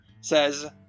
says